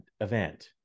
event